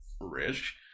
rich